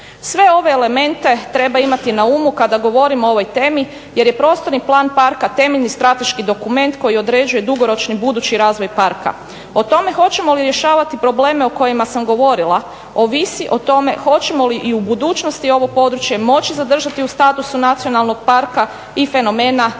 Sve ove elemente treba imati na umu kada govorimo o ovoj temi jer je prostorni plan parka temeljni strateški dokument koji određuje dugoročni budući razvoj parka. O tome hoćemo li rješavati probleme o kojima sam govorila ovisi o tome hoćemo li u budućnosti ovo područje moći zadržati u statusu nacionalnog parka i fenomena na